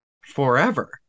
forever